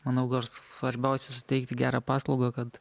manau gal svarbiausia suteikti gerą paslaugą kad